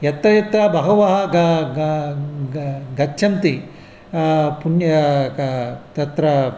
यत्र यत्र बहवः ग ग ग गच्छन्ति पुण्यं क तत्र